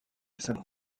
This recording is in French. sainte